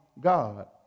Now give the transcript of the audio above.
God